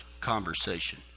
conversation